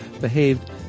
behaved